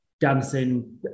dancing